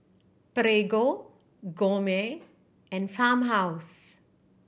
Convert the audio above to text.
Prego Gourmet and Farmhouse